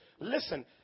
listen